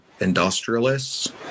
industrialists